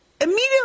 immediately